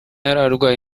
yarwaye